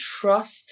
trust